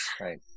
Right